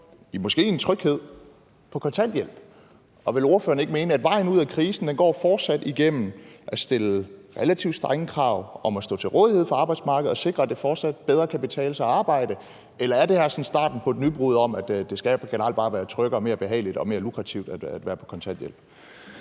– måske i en tryghed – på kontanthjælp? Og vil ordføreren ikke mene, at vejen ud af krisen fortsat går igennem at stille relativt strenge krav om at stå til rådighed for arbejdsmarkedet og sikre, at det fortsat bedre kan betale sig at arbejde. Eller er det her sådan starten på et nybrud om, at det generelt bare skal være tryggere og mere behageligt og mere lukrativt at være på kontanthjælp?